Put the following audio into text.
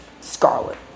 Scarlet